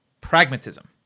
pragmatism